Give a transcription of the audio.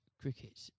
cricket